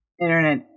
Internet